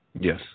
Yes